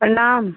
प्रणाम